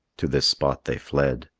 to this spot they fled.